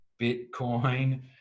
Bitcoin